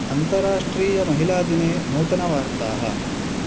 अन्तराष्ट्रिय महिलादिने नूतनवार्ताः